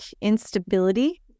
instability